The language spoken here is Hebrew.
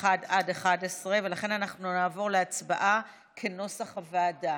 1 11, ולכן אנחנו נעבור להצבעה כנוסח הוועדה